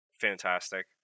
fantastic